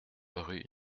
rue